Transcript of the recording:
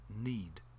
need